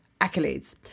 accolades